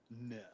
no